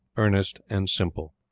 earnest, and simple.